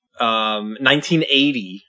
1980